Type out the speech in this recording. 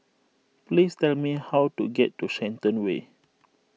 please tell me how to get to Shenton Way